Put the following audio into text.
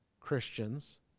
Christians